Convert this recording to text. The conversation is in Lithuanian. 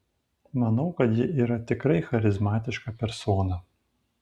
manau kad ji yra tikrai charizmatiška persona